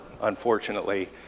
unfortunately